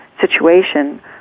situation